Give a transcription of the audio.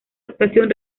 actuación